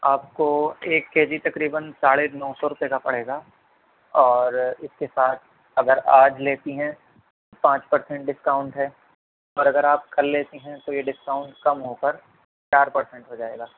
آپ کو ایک کے جی تقریباً ساڑھے نو سو روپئے کا پڑے گا اور اس کے ساتھ اگر آج لیتی ہیں پانچ پرسینٹ ڈسکاؤنٹ ہے اور اگر آپ کل لیتی ہیں تو یہ ڈسکاؤنٹ کم ہو کر چار پرسینٹ ہو جائے گا